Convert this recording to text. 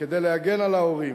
כדי להגן על ההורים.